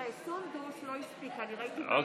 סונדוס לא הספיקה, אני ראיתי בעיניי.